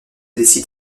décide